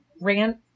Rant